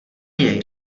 jej